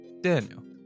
Daniel